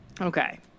Okay